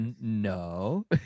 no